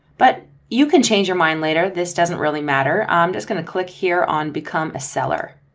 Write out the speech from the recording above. but you can change your mind later, this doesn't really matter. i'm just going to click here on become a seller.